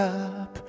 up